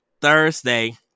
Thursday